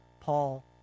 Paul